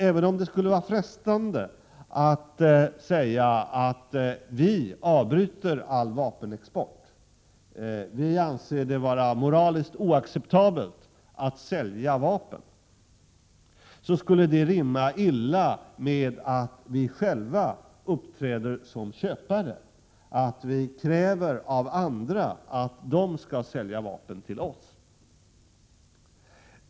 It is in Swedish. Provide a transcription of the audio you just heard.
Även om det skulle vara frestande att avbryta all vapenexport, därför att vi anser det vara moraliskt oacceptabelt att sälja vapen, skulle ett sådant handlande rimma illa med att vi själva uppträder som köpare och därmed kräver av andra länder att de skall sälja vapen till oss.